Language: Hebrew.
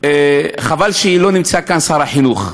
חבל שלא נמצא כאן שר החינוך,